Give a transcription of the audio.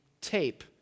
tape